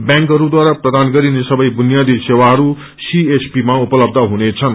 व्यांकहरूद्वारा प्रदान गरिने सबै बुनिययादी सेवाहरू सीएसपी मा उपलब्य हुनेछन्